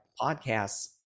podcasts